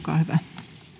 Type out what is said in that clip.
hyvä